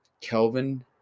Kelvin